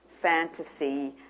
fantasy